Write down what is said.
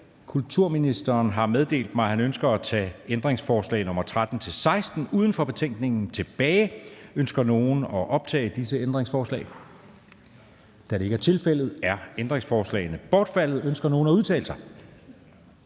Kulturministeren har meddelt mig, at han ønsker at tage ændringsforslag nr. 13-16 uden for betænkningen tilbage. Ønsker nogen at optage disse ændringsforslag? Da det ikke er tilfældet, er ændringsforslagene bortfaldet. Da der ikke er nogen,